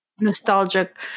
Nostalgic